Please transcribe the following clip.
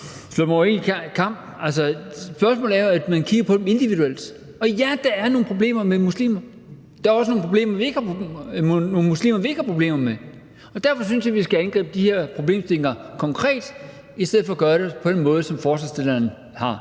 handler jo om at kigge på dem individuelt. Og ja, der er problemer med nogle muslimer, og der også nogle muslimer, vi ikke har problemer med; og derfor synes jeg, vi angribe de her problemstillinger konkret i stedet for at gøre det på den måde, som forslagsstillerne har